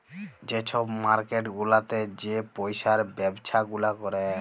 যে ছব মার্কেট গুলাতে যে পইসার ব্যবছা গুলা ক্যরে